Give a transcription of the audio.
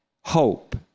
hope